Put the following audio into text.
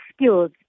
skills